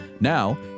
Now